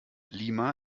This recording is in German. lima